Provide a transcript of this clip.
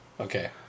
Okay